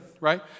right